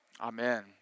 Amen